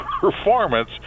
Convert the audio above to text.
performance